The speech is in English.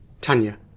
Tanya